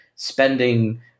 spending